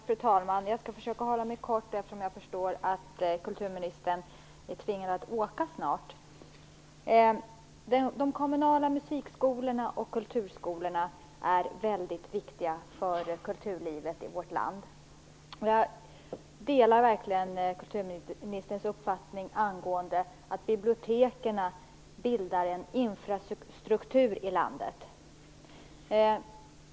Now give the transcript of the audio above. Fru talman! Jag skall försöka hålla mig kort eftersom jag förstår att kulturministern är tvingad att åka snart. De kommunala musikskolorna och kulturskolorna är väldigt viktiga för kulturlivet i vårt land. Jag delar verkligen kulturministerns uppfattning om att biblioteken bildar en infrastruktur i landet.